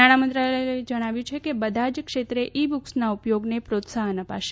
નાણામંત્રાલયે જણાવ્યું છે કે બધા જ ક્ષેત્રે ઇ બુક્સના ઉપયોગને પ્રોત્સાહન અપાશે